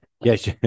Yes